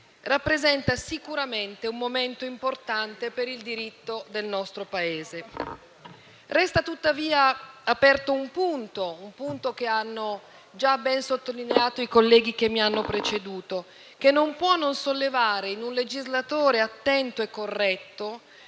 rappresenta sicuramente un momento importante per il diritto del nostro Paese. Resta tuttavia aperto un punto, che hanno già ben sottolineato i colleghi che mi hanno preceduto, che non può non sollevare un legislatore attento e corretto